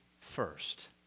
first